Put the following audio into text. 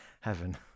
Heaven